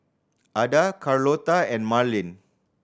Ada Carlota and Marlin